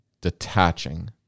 detaching